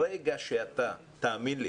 תאמין לי,